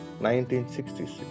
1966